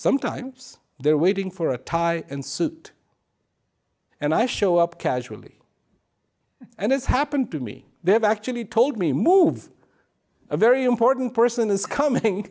sometimes they're waiting for a tie and suit and i show up casually and it's happened to me they have actually told me move a very important person is coming